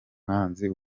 umwanzi